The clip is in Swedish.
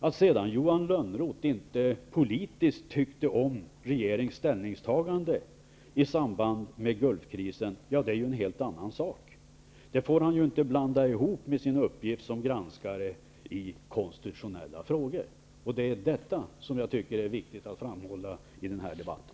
Att Johan Lönnroth sedan inte politiskt tyckte om regeringens ställningstagande i samband med Gulfkrisen är en helt annan sak. Det får Johan Lönnroth inte blanda ihop med sin uppgift som granskare i konstitutionella frågor. Det tycker jag är viktigt att framhålla i den här debatten.